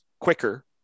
quicker